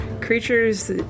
Creatures